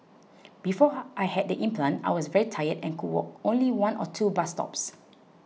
before I had the implant I was very tired and could walk only one or two bus stops